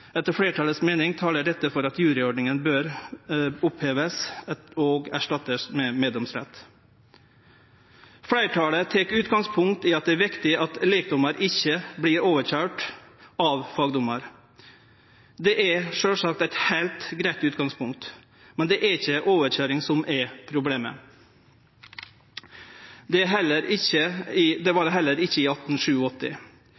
Etter flertallets mening taler dette for at juryordningen bør oppheves og erstattes med meddomsrett.» Fleirtalet tek utgangspunkt i at det er viktig at lekdommar ikkje blir overkøyrd av fagdommar. Det er sjølvsagt eit heilt greitt utgangspunkt, men det er ikkje overkøyring som er problemet. Det var det heller ikkje i